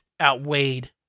outweighed